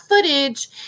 footage –